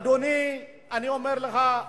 אדוני, אני אומר לך,